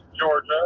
Georgia